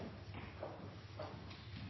takk